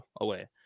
away